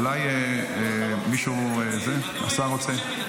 אולי מישהו, השר רוצה?